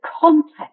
context